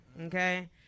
okay